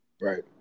Right